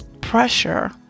pressure